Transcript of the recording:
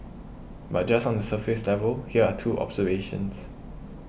but just on the surface level here are two observations